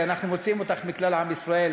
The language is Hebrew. אנחנו מוציאים אותך מכלל עם ישראל,